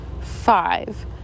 five